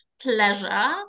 pleasure